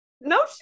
No